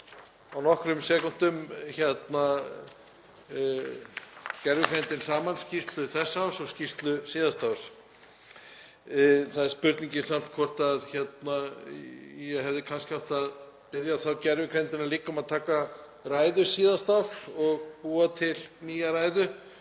á nokkrum sekúndum gervigreindin saman skýrslu þessa árs og ársskýrslu síðasta árs. Það er spurningin samt hvort ég hefði kannski átt að biðja gervigreindina líka um að taka ræðu síðasta árs og búa til nýja ræðu